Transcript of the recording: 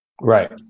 Right